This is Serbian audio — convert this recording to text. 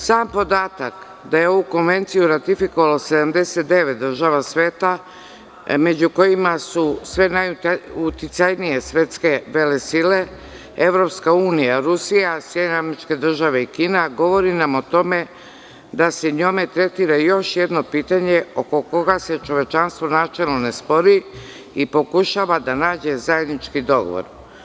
Sam podatak da je ovu konvenciju ratifikovalo 79 država sveta, među kojima su sve najuticajnije svetske vele sile - Evropska unija, Rusija, SAD i Kina, govori nam o tome da se njome tretira još jedno pitanje oko koga se čovečanstvo načelno ne spori i pokušava da nađe zajednički dogovor.